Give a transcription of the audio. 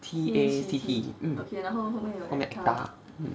T A C T mm 后面 acta